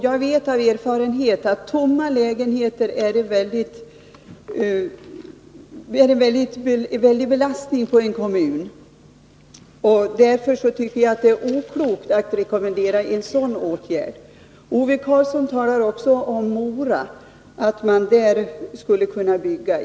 Jag vet av erfarenhet att tomma lägenheter är en väldig belastning på en kommun. Därför tycker jag att det är oklokt att rekommendera en sådan åtgärd. Ove Karlsson talar också om Mora och säger att man skulle kunna bygga där.